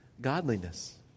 godliness